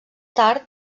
tard